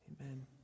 Amen